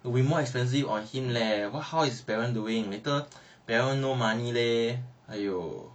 will be more expensive on him leh what how his parents doing later parents no money leh !aiyo!